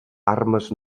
armes